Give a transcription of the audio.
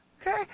Okay